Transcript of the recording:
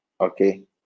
okay